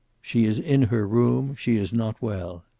she is in her room. she is not well.